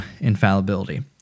infallibility